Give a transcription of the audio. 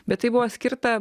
bet tai buvo skirta